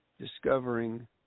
Discovering